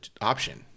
option